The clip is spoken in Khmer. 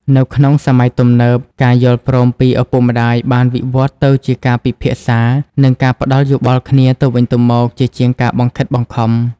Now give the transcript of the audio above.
នៅក្នុងសម័យទំនើប ការយល់ព្រមពីឪពុកម្ដាយបានវិវត្តទៅជាការពិភាក្សា និងការផ្ដល់យោបល់គ្នាទៅវិញទៅមកជាជាងការបង្ខិតបង្ខំ។